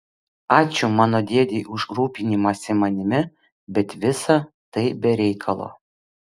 ačiū mano dėdei už rūpinimąsi manimi bet visa tai be reikalo